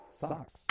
Socks